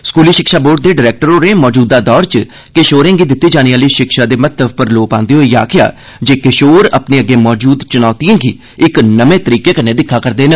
स्कूली शिक्षा बोर्ड दे डरैक्टर होरें मौजूदा दौर च किशोरें गी दित्ती जाने आह्ली शिक्षा दे महत्व पर लोऽ पांदे होई आखेआ जे किशोर अपने अग्गे मौजूद चुनौतिएं गी इक नमें तरीके कन्नै दिक्खदे न